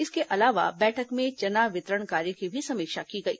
इसके अलावा बैठक में चना वितरण कार्य की भी समीक्षा की गई